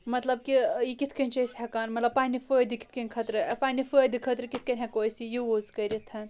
مطلب کہِ یہِ کِتھ کٔنۍ چھِ أسۍ ہیٚکان پَنٕنہِ فٲیدٕ کِتھ کٔنۍ خٲطرٕ پَنٕنہِ فٲیدٕ خٲطرٕ کِتھ کٔنۍ ہیٚکو أسۍ یہِ یوٗز کٔرِتھ